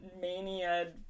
mania